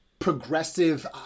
Progressive